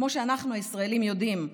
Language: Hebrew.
כמו שאנחנו הישראלים יודעים,